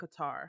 Qatar